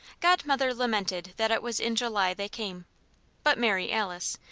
godmother lamented that it was in july they came but mary alice,